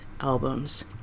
albums